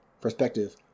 perspective